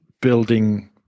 building